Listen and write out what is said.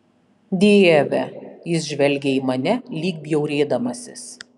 dieve jis žvelgė į mane lyg bjaurėdamasis